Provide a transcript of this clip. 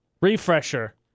refresher